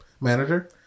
manager